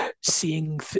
seeing